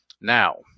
now